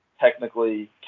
technically